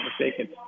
mistaken